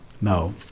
No